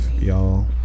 y'all